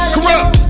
Corrupt